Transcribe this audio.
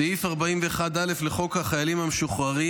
סעיף 41א לחוק החיילים המשוחררים,